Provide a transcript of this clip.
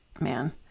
man